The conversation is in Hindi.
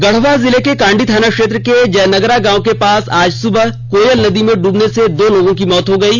गढ़वा जिले के कांडी थाना क्षेत्र के जयनगरा गांव के पास आज सुबह कोयल नदी में डूबने से दो लोगों की मौत हो गयी